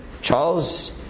Charles